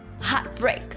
heartbreak